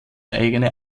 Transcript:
eigene